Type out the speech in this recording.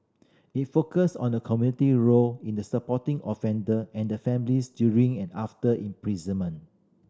it focus on the community role in the supporting offender and the families during and after imprisonment